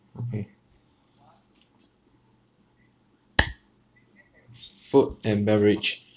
okay food and beverage